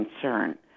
concern